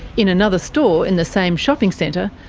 in another store in the same shopping centre,